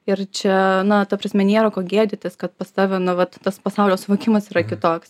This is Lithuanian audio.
ir čia na ta prasme nėra ko gėdytis kad pas tave nu vat tas pasaulio suvokimas yra kitoks